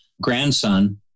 grandson